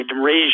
raise